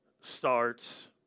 starts